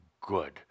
good